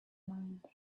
mind